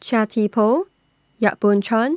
Chia Thye Poh Yap Boon Chuan